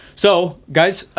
so guys,